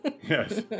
Yes